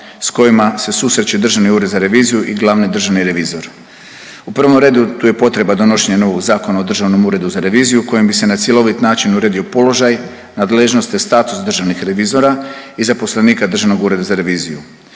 s kojima se susreće Državni ured za reviziju i glavni državni revizor. U prvom redu tu je potreba donošenja novog Zakona o Državnom uredu za reviziju kojem bi se na cjelovit način uredio položaj, nadležnost te status državnih revizora i zaposlenika Državnog ureda za reviziju.